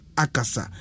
akasa